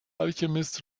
alchemist